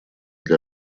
для